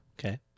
Okay